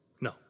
no